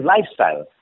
lifestyle